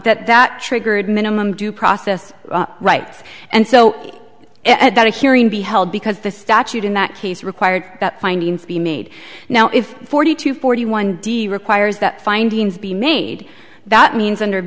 that that triggered minimum due process rights and so at that a hearing be held because the statute in that case required that findings be made now if forty two forty one d requires that findings be made that means under